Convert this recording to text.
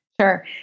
Sure